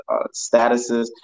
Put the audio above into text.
statuses